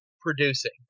producing